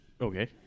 Okay